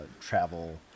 travel